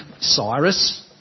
Cyrus